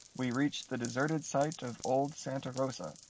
we reached the deserted site of old santa rosa,